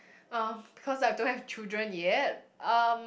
um because I don't have children yet um